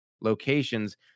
locations